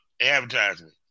advertisement